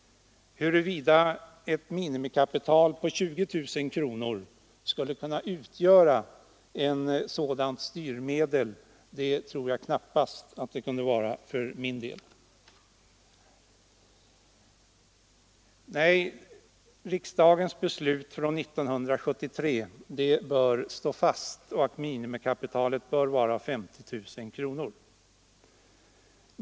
Att ett minimikapital på 20 000 kronor skulle kunna utgöra ett styrmedel tror jag knappast. Nej, riksdagens beslut från 1973 att minimikapitalet bör vara 50 000 kronor bör stå fast.